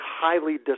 highly